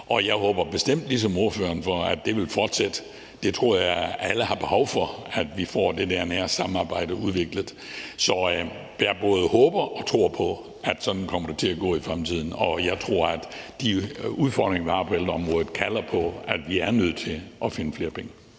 dag. Jeg håber bestemt ligesom ordføreren, at det vil fortsætte. Jeg tror, alle har behov for, at vi får det der med at samarbejde udviklet. Så jeg både håber og tror på, at det kommer til at gå sådan i fremtiden, og jeg tror, at de udfordringer, vi har på ældreområdet, kalder på, at vi er nødt til at finde flere penge.